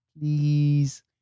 Please